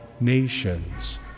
nations